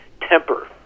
temper